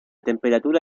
temperatura